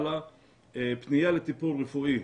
פנייה לטיפול רפואי.